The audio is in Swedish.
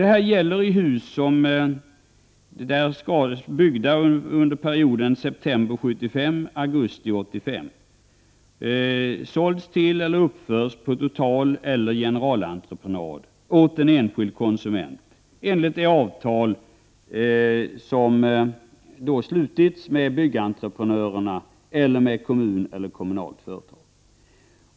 Det gäller hus som har byggts under perioden september 1975—augusti 1985 och som har sålts till, eller uppförts på totaleller generalentreprenad för, en enskild konsument — enligt det avtal som slutits med byggentreprenörerna, med kommunen eller med ett kommunalt företag.